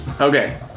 okay